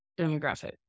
demographic